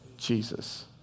Jesus